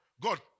God